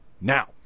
now